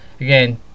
again